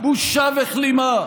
בושה וכלימה.